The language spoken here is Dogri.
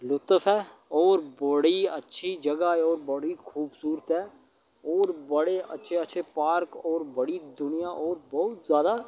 लुत्फ ऐ होर बड़ी अच्छी जगह् ऐ होर बड़ी खूबसूरत ऐ होर बड़े अच्छे अच्छे पार्क होर बड़ी दूनियां होर बहोत जादा